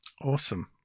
Awesome